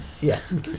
Yes